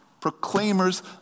proclaimers